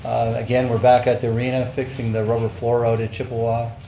again we're back at the arena fixing the rubber floor out at chippawa.